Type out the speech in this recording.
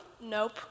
Nope